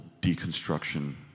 deconstruction